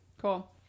Cool